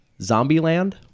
Zombieland